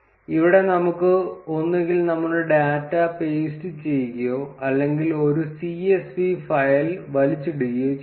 ഇവിടെ നമുക്ക് ഒന്നുകിൽ നമ്മുടെ ഡാറ്റ പേസ്റ്റ് ചെയ്യുകയോ അല്ലെങ്കിൽ ഒരു csv ഫയൽ വലിച്ചിടുകയോ ചെയ്യാം